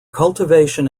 cultivation